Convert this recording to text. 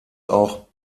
auch